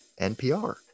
NPR